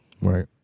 Right